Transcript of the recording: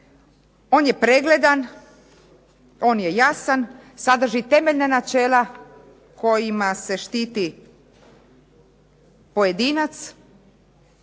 On je pregledan, on je jasan, sadrži temeljna načela kojima se štiti pojedinac